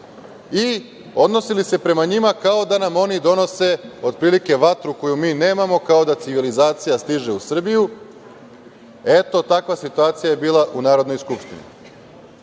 i odnosili se prema njima kako da nam oni donose, otprilike, vatru koju mi nemamo, kao da civilizacija stiže u Srbiju. Eto, takva situacija je bila u Narodnoj skupštini.A